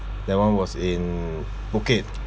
that one was in phuket